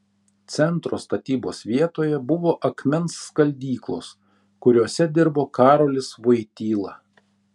centro statybos vietoje buvo akmens skaldyklos kuriose dirbo karolis vojtyla